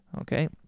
Okay